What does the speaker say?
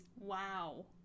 Wow